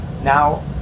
Now